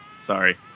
sorry